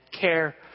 care